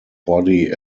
body